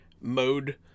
mode